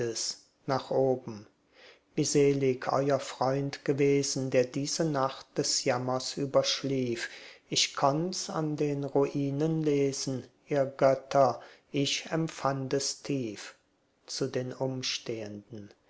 nach oben wie selig euer freund gewesen der diese nacht des jammers überschlief ich konnt's an den ruinen lesen ihr götter ich empfind es tief zu den umstehenden